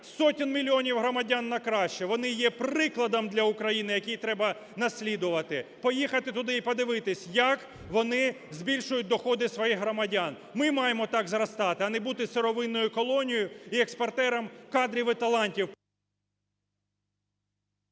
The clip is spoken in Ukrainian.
сотень мільйонів громадян на краще, вони є прикладом для України, який треба наслідувати, – поїхати туди і подивитись, як вони збільшують доходи своїх громадян. Ми маємо так зростати, а не бути сировинною колонією і експортером кадрів і талантів!